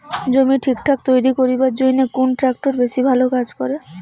জমি ঠিকঠাক তৈরি করিবার জইন্যে কুন ট্রাক্টর বেশি ভালো কাজ করে?